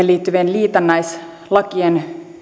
liittyvien liitännäislakien